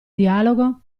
dialogo